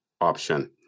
option